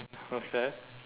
okay